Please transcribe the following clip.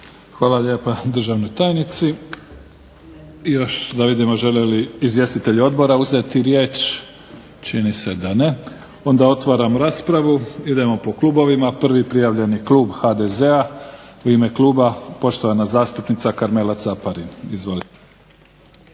Hvala lijepa državnoj tajnici. Još da vidim žele li izvjestitelji odbora uzeti riječ? Čini se da ne. Onda otvaram raspravu. Idemo po klubovima. Prvi prijavljeni klub HDZ-a, u ime kluba poštovana zastupnica Karmela Caparin. Izvolite.